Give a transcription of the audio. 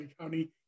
County